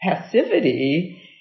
passivity